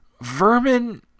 Vermin